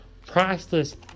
priceless